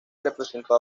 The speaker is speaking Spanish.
representó